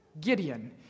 Gideon